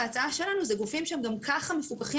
ההצעה שלנו היא גופים שהם גם ככה מפוקחים